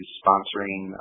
sponsoring